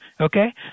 Okay